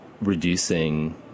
reducing